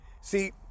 See